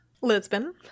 Lisbon